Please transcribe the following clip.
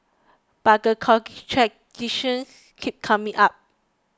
but the keeps coming up